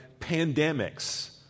pandemics